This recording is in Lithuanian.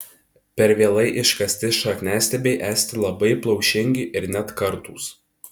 per vėlai iškasti šakniastiebiai esti labai plaušingi ir net kartūs